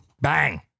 Bang